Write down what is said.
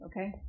Okay